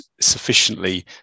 sufficiently